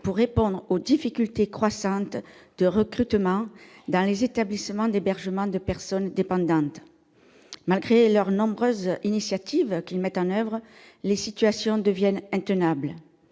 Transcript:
pour répondre aux difficultés croissantes de recrutement dans les établissements d'hébergement pour personnes âgées dépendantes. Malgré les nombreuses initiatives qu'ils mettent en oeuvre, la situation des EHPAD devient intenable.